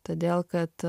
todėl kad